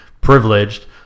privileged